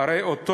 הרי אותו